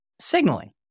signaling